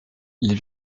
les